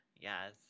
Yes